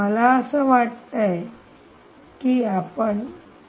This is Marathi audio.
मला असं वाटतंय आपण 3